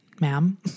ma'am